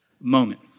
moment